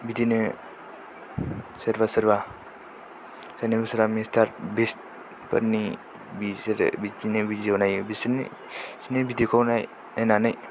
बिदिनो सोरबा सोरबा सोरहाबा सोरहाबा मिस्टार बिस्ट फोरनि बिसोरो बिदिनो भिडिय' नायो बिसोरनि भिडिय' खौ नायनानै